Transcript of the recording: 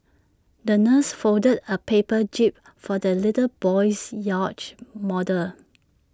the nurse folded A paper jib for the little boy's yacht model